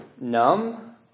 numb